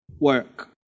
work